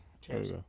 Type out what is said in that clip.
Cheers